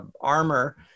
armor